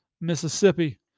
Mississippi